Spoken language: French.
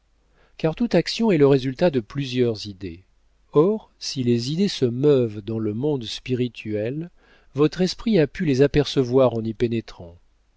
car toute action est le résultat de plusieurs idées or si les idées se meuvent dans le monde spirituel votre esprit a pu les apercevoir en y pénétrant